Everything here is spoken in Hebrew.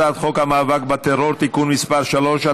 הצעת חוק המאבק בטרור (תיקון מס' 3),